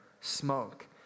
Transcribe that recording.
smoke